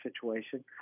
situation